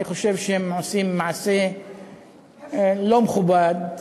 אני חושב שהם עושים מעשה לא מכובד,